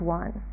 one